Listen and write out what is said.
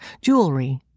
jewelry